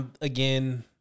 Again